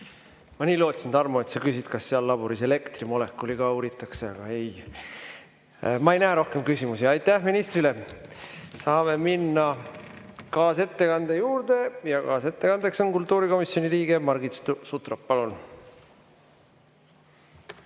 Ma nii lootsin, Tarmo, et sa küsid, kas seal laboris elektrimolekuli ka uuritakse, aga ei. Ma ei näe rohkem küsimusi. Aitäh ministrile! Saame minna kaasettekande juurde. Kaasettekandja on kultuurikomisjoni liige Margit Sutrop.